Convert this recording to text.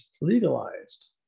legalized